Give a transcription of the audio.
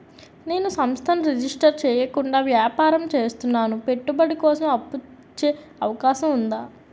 నేను సంస్థను రిజిస్టర్ చేయకుండా వ్యాపారం చేస్తున్నాను పెట్టుబడి కోసం అప్పు ఇచ్చే అవకాశం ఉందా?